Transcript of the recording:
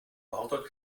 wartet